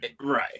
Right